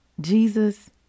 Jesus